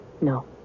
No